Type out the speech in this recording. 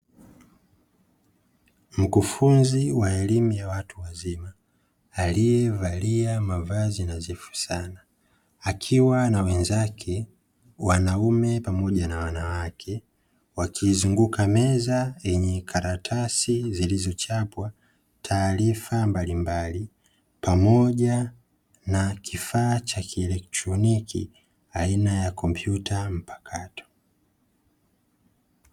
Mkufunzi wa elimu ya watu wazima aliyevalia mavazi nadhifu sana akiwa na wenzake, wanaume pamoja na wanawake, wakiizunguka meza yenye karatasi zilizochapwa taarifa mbalimbali pamoja na kifaa cha kielektroniki aina ya kompyuta mpakato.